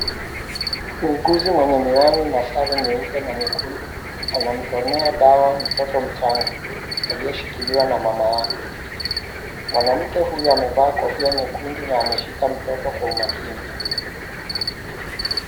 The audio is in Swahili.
Muuguzi mwenye miwani na sare nyeupe na nyekundu anamtonea dawa mtoto mchanga aliyeshikiliwa na mama yake. Mwanamke huyu amevaa kofia nyekundu na ameshika mtoto kwa umakini .